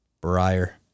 Briar